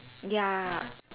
ya